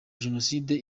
jenoside